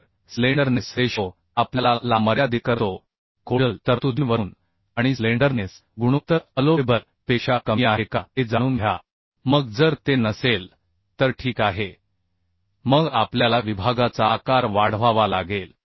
तर slenderness ratio आपल्याला ला मर्यादित करतो कोडल तरतुदींवरून आणि स्लेंडरनेस गुणोत्तर अलोवेबल पेक्षा कमी आहे का ते जाणून घ्या मग जर ते नसेल तर ठीक आहे मग आपल्याला विभागाचा आकार वाढवावा लागेल